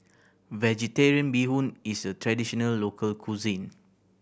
Vegetarian Bee Hoon is a traditional local cuisine